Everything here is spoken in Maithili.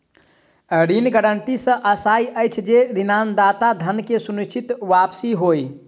ऋण गारंटी सॅ आशय अछि जे ऋणदाताक धन के सुनिश्चित वापसी होय